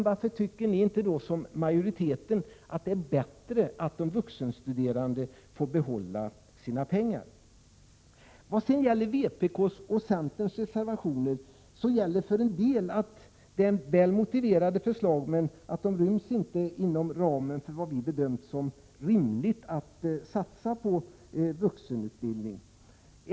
Varför tycker inte ni, som majoriteten, att det är bättre att de vuxenstuderande får behålla sina pengar? En del av vpk:s och centerpartiets reservationer innehåller väl motiverade förslag, som dock inte ryms inom ramen för vad vi har bedömt som rimligt att Prot. 1987/88:110 satsa på vuxenutbildning.